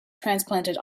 transplanted